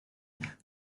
que